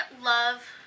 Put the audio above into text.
love